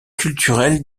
culturel